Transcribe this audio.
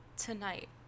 Tonight